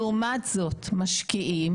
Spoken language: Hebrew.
לעומת זאת, משקיעים